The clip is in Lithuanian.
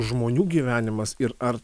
žmonių gyvenimas ir ar